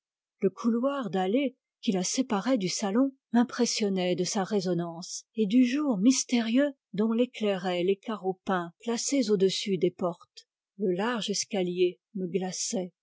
le couloir dallé qui la séparait du salon m'impressionnait de sa résonnance et du jour mystérieux dont l'éclairaient les carreaux peints placés au-dessus des portes le large escalier me